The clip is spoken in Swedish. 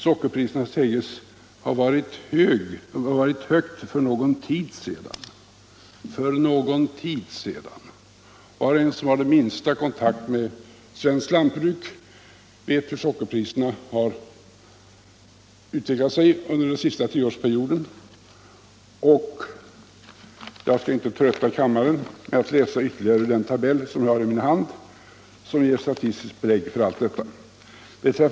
Sockerpriset sades ha varit högt ”för någon tid sedan”. Var och en som har den minsta kontakt med svenskt jordbruk vet ju hur sockerpriserna har utvecklat sig under den senaste tioårsperioden. Jag skall emellertid inte trötta kammarens ledamöter med att läsa ur den tabell som jag har här i min hand och som ger statistiska belägg för den saken.